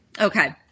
Okay